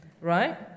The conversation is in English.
right